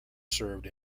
served